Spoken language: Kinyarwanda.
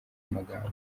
amagambo